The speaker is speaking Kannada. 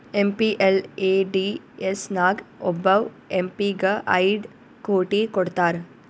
ಎಮ್.ಪಿ.ಎಲ್.ಎ.ಡಿ.ಎಸ್ ನಾಗ್ ಒಬ್ಬವ್ ಎಂ ಪಿ ಗ ಐಯ್ಡ್ ಕೋಟಿ ಕೊಡ್ತಾರ್